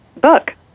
book